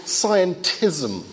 scientism